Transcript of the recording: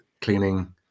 cleaning